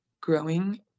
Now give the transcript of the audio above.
growing